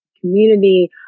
community